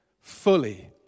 fully